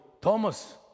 Thomas